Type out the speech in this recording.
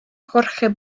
jorge